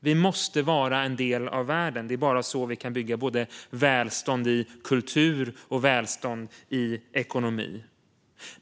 Vi måste vara en del av världen; det är bara så vi kan bygga både välstånd i kulturen och välstånd i ekonomin.